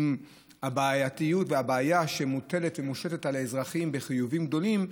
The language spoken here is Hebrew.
והבעייתיות והבעיה מוטלת ומושתת על האזרחים בחיובים גדולים.